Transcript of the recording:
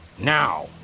Now